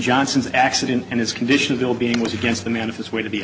johnson's accident and his condition of ill being was against the man if this way to be